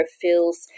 feels